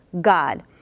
God